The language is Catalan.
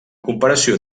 comparació